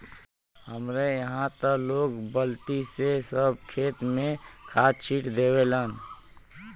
हमरे इहां त लोग बल्टी से सब खेत में खाद छिट देवलन